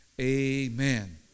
amen